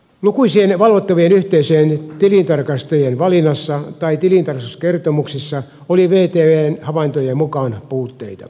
lukuisien valvottavien yhteisöjen tilintarkastajien valinnassa tai tilintarkastuskertomuksissa oli vtvn havaintojen mukaan puutteita